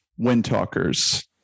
Windtalkers